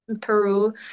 Peru